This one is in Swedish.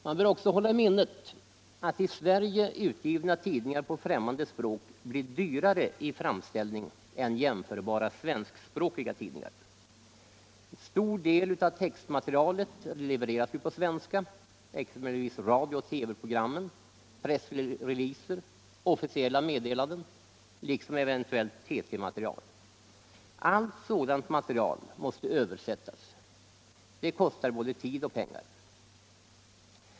Man bör också hålla i minnet att i Sverige utgivna tidningar på främmande språk blir dyrare i framställning än jämförbara svenskspråkiga tidningar. En stor del av textmaterialet levereras nu på svenska, exempelvis radiooch TV-programmen, pressreleaser, officiella meddelanden liksom aktuellt TT-material. Allt sådant material måste översättas. Det kostar både tid och pengar.